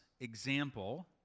example